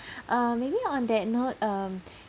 uh maybe on that note um